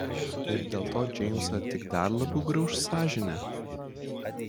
ir dėl to džeimsą tik dar labiau grauš sąžinė